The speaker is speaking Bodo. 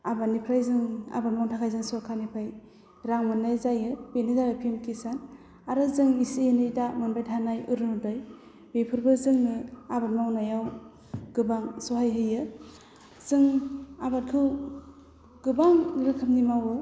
आबादनिफ्राय जों आबाद मावनो थाखाय जों सोरखारनिफ्राय रां मोननाय जायो बेनो जाबाय पि एम खिसान आरो जों इसे एनै दा मोनबाय थानाय अरुनुदय बेफोरबो जोंनो आबाद मावनायाव गोबां सहाय होयो जों आबादखौ गोबां रोखोमनि मावो